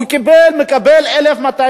הוא קיבל 1,200,